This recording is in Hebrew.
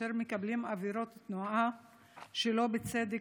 שלא בצדק,